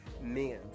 men